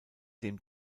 dem